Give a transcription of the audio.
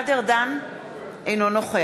(קוראת